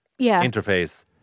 interface